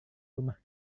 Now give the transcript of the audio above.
rumah